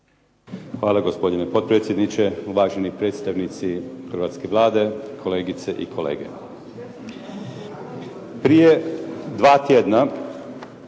Hvala, gospodine potpredsjedniče. Uvaženi predstavnici hrvatske Vlade, kolegice i kolege. Prije dva tjedna